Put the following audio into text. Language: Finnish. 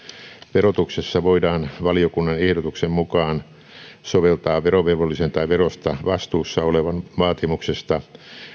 verotuksessa voidaan valiokunnan ehdotuksen mukaan soveltaa verovelvollisen tai verosta vastuussa olevan vaatimuksesta